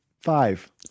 five